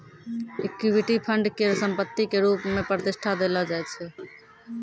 equity fund के संपत्ति के रुप मे प्रतिष्ठा देलो जाय छै